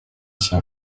sien